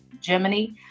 Germany